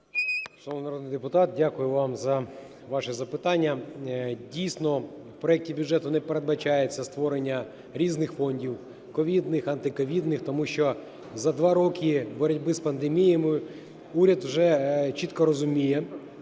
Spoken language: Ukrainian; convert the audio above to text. Шановний народний депутат, дякую вам за ваші запитання. Дійсно, в проекті бюджету не передбачається створення різних фондів: ковідних, антиковідних. Тому що за два роки боротьби з пандемією уряд вже чітко розуміє,